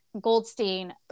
Goldstein